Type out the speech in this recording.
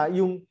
yung